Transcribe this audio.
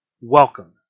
Welcome